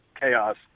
chaos